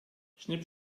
schnipp